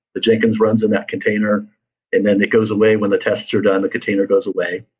the jenkins runs in that container and then it goes away when the tests are done, the container goes away.